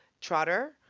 Trotter